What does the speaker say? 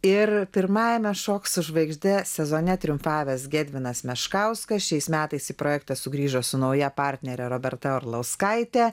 ir pirmajame šok su žvaigžde sezone triumfavęs gedvinas meškauskas šiais metais į projektą sugrįžo su nauja partnere roberta orlauskaite